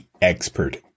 expert